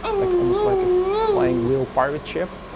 like almost like a flying wheel pirate ship.